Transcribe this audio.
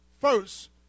first